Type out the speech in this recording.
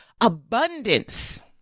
abundance